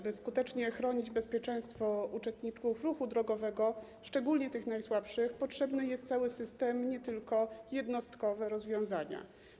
By skutecznie chronić bezpieczeństwo uczestników ruchu drogowego, szczególnie tych najsłabszych, potrzebny jest cały system, nie tylko jednostkowe rozwiązania.